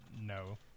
No